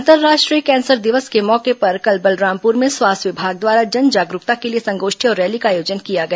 अंतर्राष्ट्रीय कैंसर दिवस के मौके पर कल बलरामपुर में स्वास्थ्य विभाग द्वारा जन जागरूकता के लिए संगोष्ठी और रैली का आयोजन किया गया